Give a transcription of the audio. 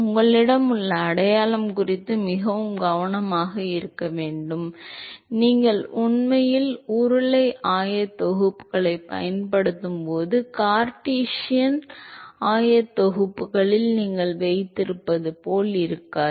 உங்களிடம் உள்ள அடையாளம் குறித்து மிகவும் கவனமாக இருக்க வேண்டும் நீங்கள் உண்மையில் உருளை ஆயத்தொகுப்புகளைப் பயன்படுத்தும்போது கார்ட்டீசியன் ஆயத்தொகுப்புகளில் நீங்கள் வைத்திருப்பது போல் இருக்காது